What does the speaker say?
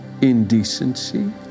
indecency